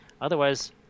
Otherwise